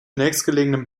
nächstgelegenen